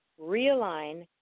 realign